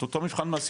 את אותו מבחן מעשי